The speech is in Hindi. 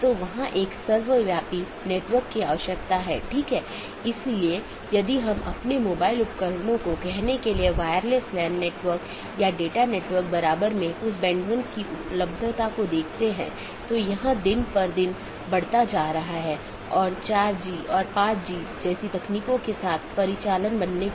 दूसरे अर्थ में हमारे पूरे नेटवर्क को कई ऑटॉनमस सिस्टम में विभाजित किया गया है जिसमें कई नेटवर्क और राउटर शामिल हैं जो ऑटॉनमस सिस्टम की पूरी जानकारी का ध्यान रखते हैं हमने देखा है कि वहाँ एक बैकबोन एरिया राउटर है जो सभी प्रकार की चीजों का ध्यान रखता है